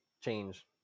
change